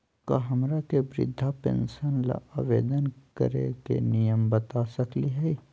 का हमरा के वृद्धा पेंसन ल आवेदन करे के नियम बता सकली हई?